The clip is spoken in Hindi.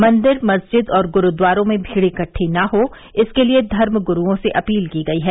मंदिर मस्जिद और गुरूद्वारों में भीड़ इकट्ठा न हो इसके लिये धर्म गुरूओं से अपील की गई है